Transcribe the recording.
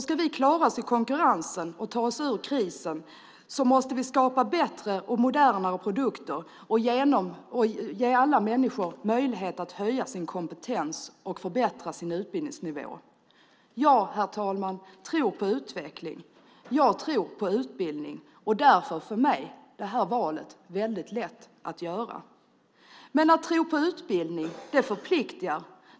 Ska vi klara oss i konkurrensen och ta oss ur krisen måste vi skapa bättre och modernare produkter och ge alla människor möjlighet att höja sin kompetens och utbildningsnivå. Jag, herr talman, tror på utveckling och tror på utbildning. Därför är det här valet väldigt lätt för mig att göra. Men att tro på utbildning förpliktar.